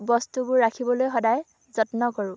বস্তুবোৰ ৰাখিবলৈ সদায় যত্ন কৰোঁ